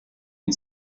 and